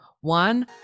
one